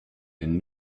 and